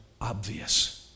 obvious